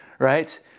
Right